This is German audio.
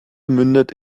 mündet